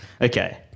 Okay